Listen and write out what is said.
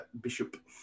Bishop